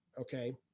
okay